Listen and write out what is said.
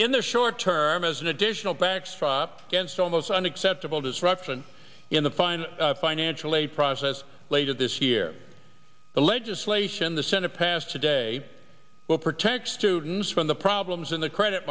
in their short term as an additional backstrap against so most unacceptable disruption in the fine financial aid process later this year the legislation the senate passed today protect students from the problems in the credit